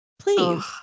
please